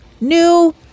New